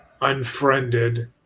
Unfriended